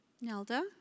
Nelda